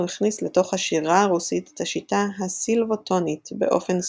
הוא הכניס לתוך השירה הרוסית את השיטה הסילבו-טונית באופן סופי.